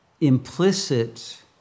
implicit